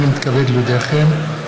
הינני מתכבד להודיעכם,